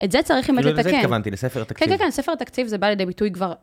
את זה צריך האמת אם לתקן. זה מה שהתכוונתי לספר התקציב. כן, כן, כן, ספר התקציב זה בא לידי ביטוי כבר.